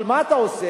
אבל מה אתה עושה?